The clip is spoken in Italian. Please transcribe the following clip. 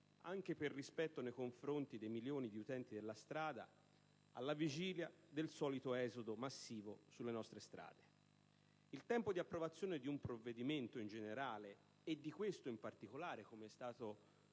anche per rispetto dei milioni di utenti della strada, alla vigilia del solito esodo massivo sulle nostre strade. Il tempo di approvazione di un provvedimento in generale, e di questo in particolare (com'è stato